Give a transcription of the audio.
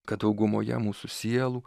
kad daugumoje mūsų sielų